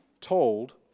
told